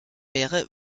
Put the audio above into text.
wäre